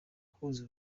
guhuza